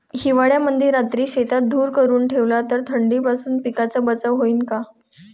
हिवाळ्यामंदी रात्री शेतात धुर करून ठेवला तर थंडीपासून पिकाचा बचाव होईन का?